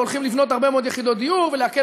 והולכים לבנות הרבה מאוד יחידות דיור ולהקל